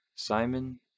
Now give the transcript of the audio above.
Simon